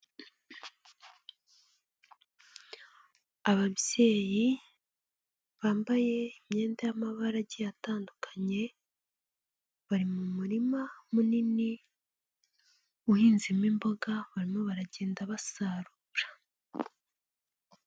Ababyeyi bambaye imyenda y'amabara agiye atandukanye bari mu murima munini uhinzemo imboga barimo baragenda basarura.